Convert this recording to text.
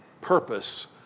purpose